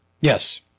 Yes